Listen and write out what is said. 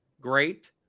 great